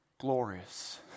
glorious